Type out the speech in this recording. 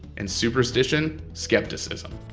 and superstition skepticism.